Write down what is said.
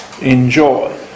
enjoy